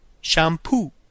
shampoo